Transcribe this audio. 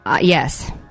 Yes